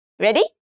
Ready